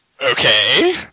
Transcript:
Okay